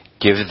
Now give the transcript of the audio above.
Give